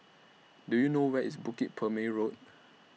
Do YOU know Where IS Bukit Purmei Road